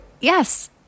Yes